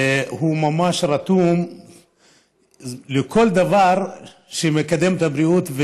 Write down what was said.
והוא ממש רתום לכל דבר שמקדם את הבריאות,